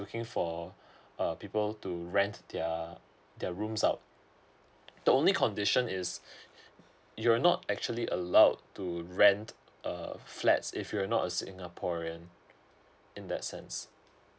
looking for uh people to rent their their rooms out the only condition is you're not actually allowed to rent uh flats if you're not a singaporean in that sense